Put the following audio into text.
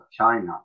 China